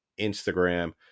Instagram